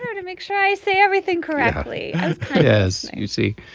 and to make sure i say everything correctly as you see,